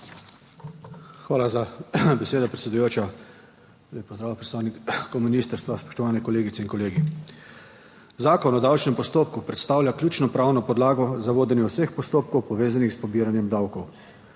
Hvala za besedo, predsedujoča. Lep pozdrav predstavnikom ministrstva, spoštovane kolegice in kolegi! Zakon o davčnem postopku predstavlja ključno pravno podlago za vodenje vseh postopkov, povezanih s pobiranjem davkov.